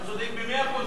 אתה צודק במאה אחוז,